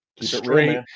straight